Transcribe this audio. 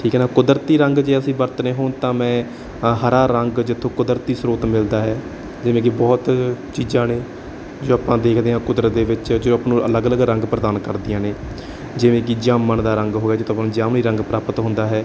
ਠੀਕ ਹੈ ਨਾ ਕੁਦਰਤੀ ਰੰਗ ਜੇ ਅਸੀਂ ਵਰਤਣੇ ਹੋਣ ਤਾਂ ਮੈਂ ਹਰਾ ਰੰਗ ਜਿਥੋਂ ਕੁਦਰਤੀ ਸਰੋਤ ਮਿਲਦਾ ਹੈ ਜਿਵੇਂ ਕਿ ਬਹੁਤ ਚੀਜ਼ਾਂ ਨੇ ਜੋ ਆਪਾਂ ਦੇਖਦੇ ਹਾਂ ਕੁਦਰਤ ਦੇ ਵਿੱਚ ਜੋ ਆਪਾਂ ਨੂੰ ਅਲੱਗ ਅਲੱਗ ਰੰਗ ਪ੍ਰਦਾਨ ਕਰਦੀਆਂ ਨੇ ਜਿਵੇਂ ਕੀ ਜਾਮਣ ਦਾ ਰੰਗ ਹੋਇਆ ਜਿਥੋਂ ਆਪਾਂ ਨੂੰ ਜਾਮਣੀ ਰੰਗ ਪ੍ਰਾਪਤ ਹੁੰਦਾ ਹੈ